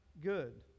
good